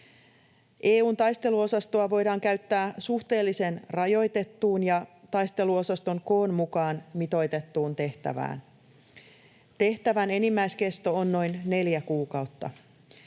EU:n taisteluosastoa voidaan käyttää suhteellisen rajoitettuun ja taisteluosaston koon mukaan mitoitettuun tehtävään. Tehtävän enimmäiskesto on noin neljä kuukautta.